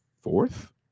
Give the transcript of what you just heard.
fourth